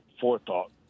forethought